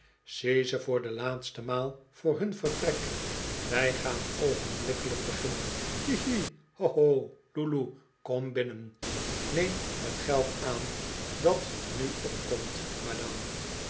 ze voor de laatste maal voor hun vertrok wij gaan oogenblikkelijk beginner hi hi ho ho lu lu kom binnen neem t geld aan dat nu opkomt madame